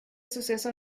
suceso